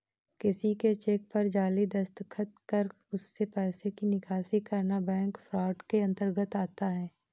किसी के चेक पर जाली दस्तखत कर उससे पैसे की निकासी करना बैंक फ्रॉड के अंतर्गत आता है